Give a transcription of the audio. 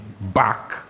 back